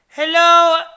Hello